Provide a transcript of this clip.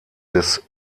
des